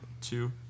two